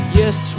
yes